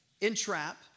entrap